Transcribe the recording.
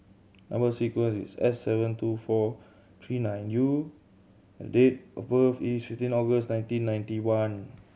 number sequence is S seven two four three nine U and date of birth is fifteen August nineteen ninety one